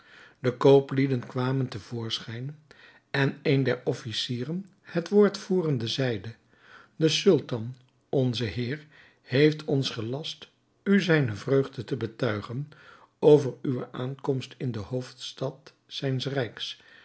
de kooplieden kwamen te voorschijn en een der officieren het woord voerende zeide de sultan onzen heer heeft ons gelast u zijne vreugde te betuigen over uwe aankomst in de hoofdstad zijns rijks